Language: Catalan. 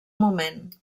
moment